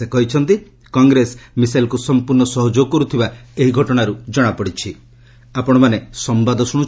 ସେ କହିଛନ୍ତି କଂଗ୍ରେସ ମିସେଲ୍କୁ ସମ୍ପୂର୍ଣ୍ଣ ସହଯୋଗ କରୁଥିବା ଏହି ଘଟଣାରୁ ଜଣାପଡ଼ିଚ୍ଚି